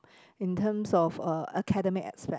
in terms of uh academic aspect